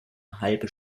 halbe